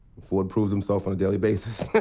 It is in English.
ford proved himself on a daily basis!